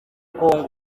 congo